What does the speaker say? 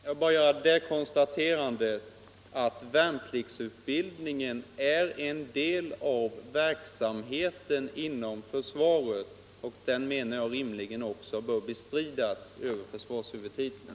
Herr talman! Jag vill bara konstatera att värnpliktsutbildningen är en del av verksamheten inom försvaret. Kostnaderna härför bör rimligen också bestridas över försvarshuvudtiteln.